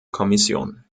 kommission